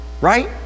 right